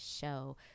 show